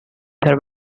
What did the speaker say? they